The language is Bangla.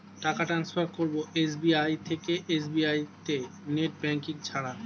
টাকা টান্সফার করব এস.বি.আই থেকে এস.বি.আই তে নেট ব্যাঙ্কিং ছাড়া?